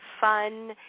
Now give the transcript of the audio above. fun